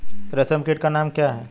रेशम कीट का नाम क्या है?